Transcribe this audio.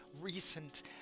recent